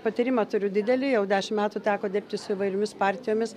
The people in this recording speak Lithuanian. patyrimą turiu didelį jau dešimt metų teko dirbti su įvairiomis partijomis